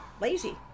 lazy